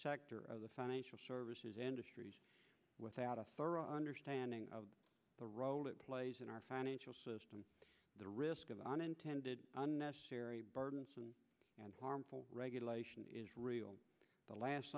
sector of the financial services industries without a thorough understanding of the role it plays in our financial system the risk of unintended unnecessary burdensome and harmful regulation is real the last